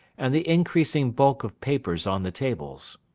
and the increasing bulk of papers on the tables.